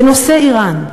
בנושא איראן: